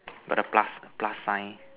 got the plus plus sign